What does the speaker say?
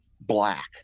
black